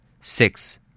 Six